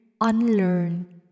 unlearn